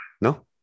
No